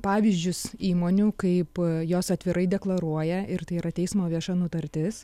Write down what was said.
pavyzdžius įmonių kaip jos atvirai deklaruoja ir tai yra teismo vieša nutartis